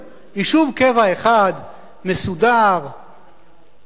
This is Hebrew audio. יישוב קבע אחד מסודר כחוק,